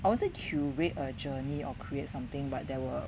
I will say curate a journey or create something but there were